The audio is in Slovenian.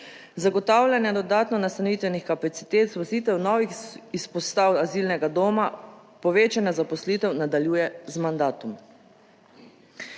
zagotavljanja dodatno nastanitvenih kapacitet, uvrstitev novih izpostav azilnega doma, povečanje zaposlitev nadaljuje z mandatom?